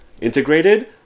integrated